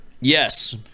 Yes